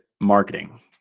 marketing